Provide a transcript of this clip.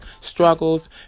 struggles